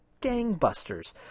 gangbusters